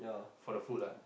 for the food lah